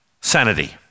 sanity